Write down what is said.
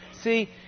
See